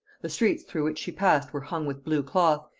the streets through which she passed were hung with blue cloth,